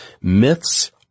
myths